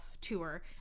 tour